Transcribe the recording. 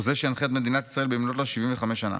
חוזה שינחה את מדינת ישראל במלאת לה 75 שנה,